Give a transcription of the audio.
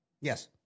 Yes